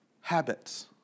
Habits